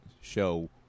show